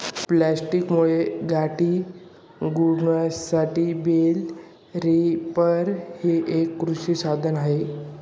प्लास्टिकमध्ये गाठी गुंडाळण्यासाठी बेल रॅपर हे एक कृषी साधन आहे